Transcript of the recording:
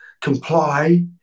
comply